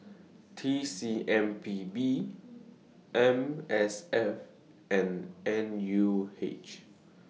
T C M P B M S F and N U H